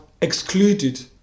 excluded